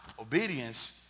obedience